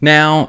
Now